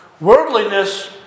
worldliness